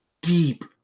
deep